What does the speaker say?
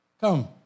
Come